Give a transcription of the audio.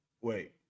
wait